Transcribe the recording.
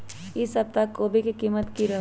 ई सप्ताह कोवी के कीमत की रहलै?